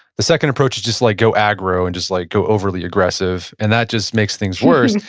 the second approach is just like go agro and just like go overly aggressive and that just makes things worse.